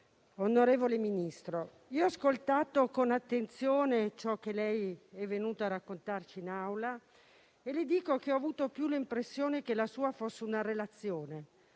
onorevole Ministro, ho ascoltato con attenzione ciò che lei è venuto a raccontarci in Aula e le dico che ho avuto l'impressione che la sua fosse una relazione,